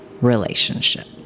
relationship